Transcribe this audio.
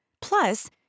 Plus